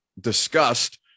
discussed